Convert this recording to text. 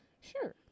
Sure